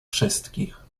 wszystkich